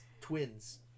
twins